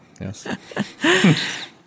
Yes